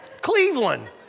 Cleveland